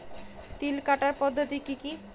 তিল কাটার পদ্ধতি কি কি?